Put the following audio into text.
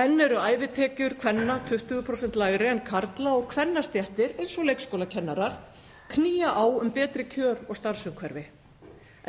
Enn eru ævitekjur kvenna 20% lægri en karla og kvennastéttir, eins og leikskólakennarar, knýja á um betri kjör og starfsumhverfi.